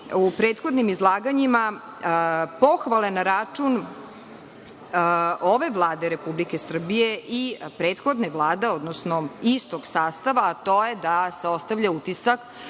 u prethodnim izlaganjima pohvale na račun ove Vlade Republike Srbije i prethodne Vlade, odnosno istog sastava, a to je da se ostavlja utisak